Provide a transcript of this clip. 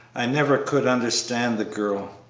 i never could understand the girl.